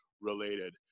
related